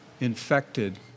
infected